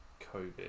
COVID